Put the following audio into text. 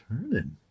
turning